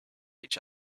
each